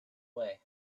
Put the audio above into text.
way